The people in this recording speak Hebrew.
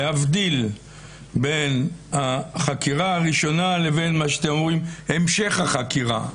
להבדיל בין החקירה הראשונה לבין המשך החקירה?